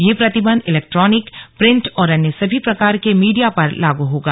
यह प्रतिबंध electronic print और अन्य सभी प्रकार के मीडिया पर लागू होगा